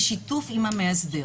בשיתוף עם המאסדר.